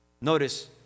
Notice